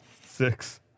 Six